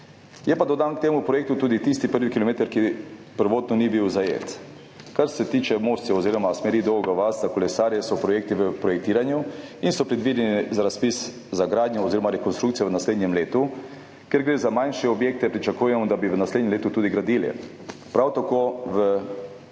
Je pa dodan k temu projektu tudi tisti prvi kilometer, ki prvotno ni bil zajet. Kar se tiče Mostja oziroma smeri Dolga vas za kolesarje, so projekti v projektiranju in so predvideni za razpis za gradnjo oziroma rekonstrukcijo v naslednjem letu. Ker gre za manjše objekte, pričakujemo, da bi v naslednjem letu tudi gradili. Prav tako